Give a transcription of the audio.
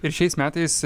ir šiais metais